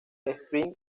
spring